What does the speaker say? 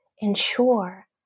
ensure